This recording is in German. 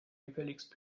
gefälligst